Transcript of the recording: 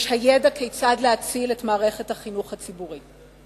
יש הידע כיצד להציל את מערכת החינוך הציבורית.